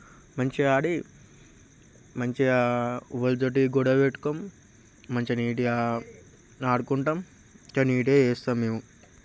మంచిగా ఆడి మంచిగా ఎవరితో గొడవ పెట్టుకోము మంచిగా నీట్గా ఆడుకుంటాము కానీ ఇక్కడే చేస్తాము మేము